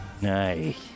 Nice